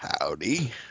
Howdy